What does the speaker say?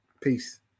Peace